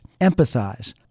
Empathize